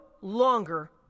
longer